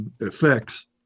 effects